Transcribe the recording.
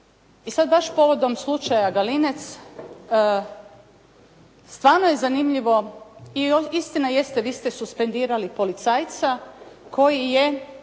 i sad baš povodom slučaja Galinec stvarno je zanimljivo i istina jeste, vi ste suspendirali policajca koji je